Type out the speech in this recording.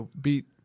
beat